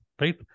right